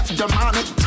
demonic